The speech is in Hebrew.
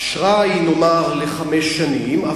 האשרה היא נאמר לחמש שנים,